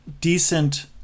decent